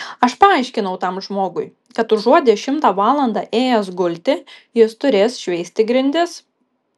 aš paaiškinau tam žmogui kad užuot dešimtą valandą ėjęs gulti jis turės šveisti grindis